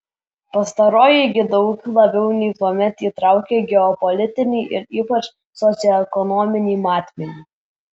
pastaroji gi daug labiau nei tuomet įtraukia geopolitinį ir ypač socioekonominį matmenį